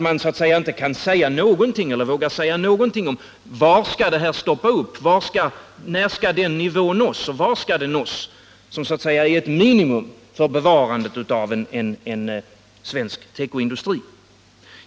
Man vågar inte säga någonting om detta: 11 Var skall det här stoppa upp? När och var skall den nivå nås som så att säga är ett minimum för bevarandet av svensk tekoindustri?